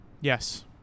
Yes